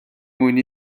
mwyn